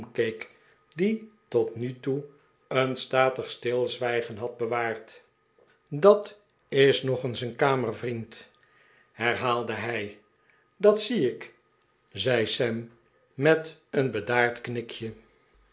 die tot nu toe een statig stilzwijgen had bewaard dai is nog eens een kamer vriend herhaalde hij r dat zie ik zei sam met een bedaard knikje